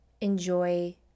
enjoy